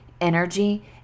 energy